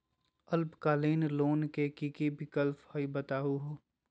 अल्पकालिक लोन के कि कि विक्लप हई बताहु हो?